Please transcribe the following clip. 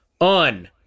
On